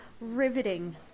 riveting